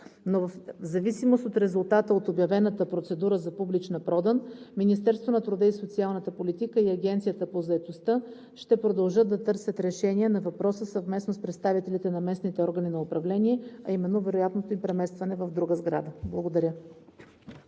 но в зависимост от резултата от обявената процедура за публична продан Министерството на труда и социалната политика и Агенцията по заетостта ще продължат да търсят решение на въпроса, съвместно с представителите на местните органи на управление, а именно вероятното им преместване в друга сграда. Благодаря.